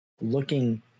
looking